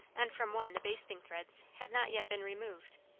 and from one the basting threads had not yet been removed.